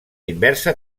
inversa